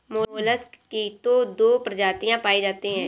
mollusc की तो दो प्रजातियां पाई जाती है